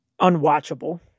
Unwatchable